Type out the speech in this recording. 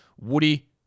Woody